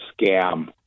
scam